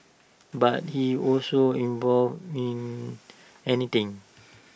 but he also involved in anything